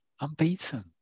Unbeaten